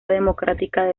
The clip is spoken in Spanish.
democrática